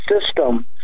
system